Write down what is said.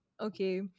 Okay